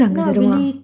not really